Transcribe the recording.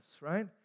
right